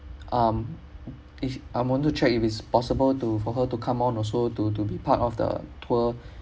um if I want to check if it's possible to for her to come on also to to be part of the tour